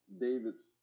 David's